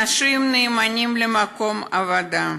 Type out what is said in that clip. אנשים נאמנים למקום העבודה.